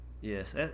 Yes